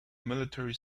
military